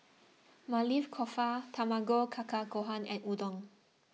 Maili Kofta Tamago Kake Gohan and Udon